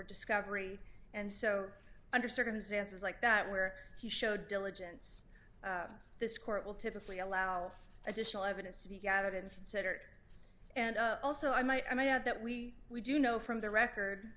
discovery and so under circumstances like that where he showed diligence this court will typically allow additional evidence to be gathered in the center and also i might i might add that we we do know from the record